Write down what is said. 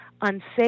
unsafe